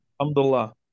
Alhamdulillah